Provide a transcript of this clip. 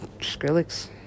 skrillex